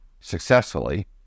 successfully